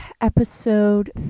episode